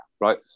right